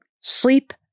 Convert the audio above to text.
sleep